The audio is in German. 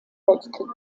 weltkrieg